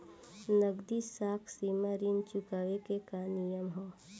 नगदी साख सीमा ऋण चुकावे के नियम का ह?